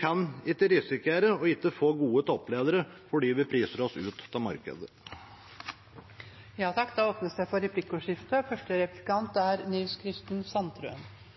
kan ikke risikere ikke å få gode toppledere fordi vi priser oss ut av markedet. Det blir replikkordskifte. Her har Fremskrittspartiet mye å svare for. I 1975 ville Fremskrittspartiet selge rettighetene som staten hadde bl.a. i Statfjord-feltet. I dag er